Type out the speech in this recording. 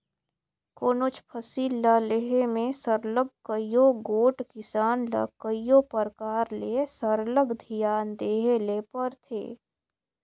कोनोच फसिल ल लेहे में सरलग कइयो गोट किसान ल कइयो परकार ले सरलग धियान देहे ले परथे